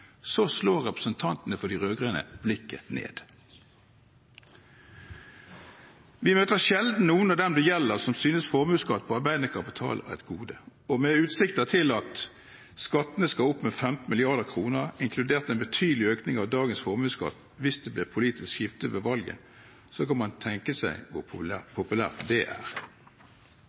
slår representantene for de rød-grønne blikket ned. Vi møter sjelden noen av dem det gjelder, som synes formuesskatt på arbeidende kapital er et gode, og med utsikter til at skattene skal opp med 15 mrd. kr, inkludert en betydelig økning av dagens formuesskatt, hvis det blir politisk skifte ved valget, kan man tenke seg hvor populært det er. I forbindelse med høringene i finanskomiteen om perspektivmeldingene og RNB er